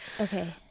Okay